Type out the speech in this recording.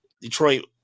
Detroit